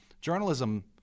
journalism